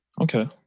Okay